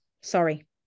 Sorry